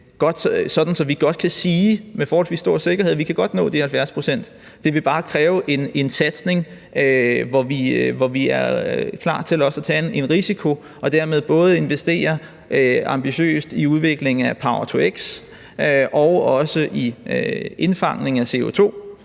stor sikkerhed, at vi godt kan nå de 70 pct. Det vil bare kræve en satsning, hvor vi er klar til også at tage en risiko og dermed både investere ambitiøst i udvikling af power-to-x og også i indfangning af CO2